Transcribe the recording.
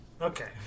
okay